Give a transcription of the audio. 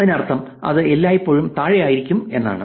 ഇതിനർത്ഥം അത് എല്ലായ്പ്പോഴും താഴെയായിരിക്കും എന്നാണ്